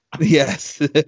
Yes